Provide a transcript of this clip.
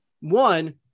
one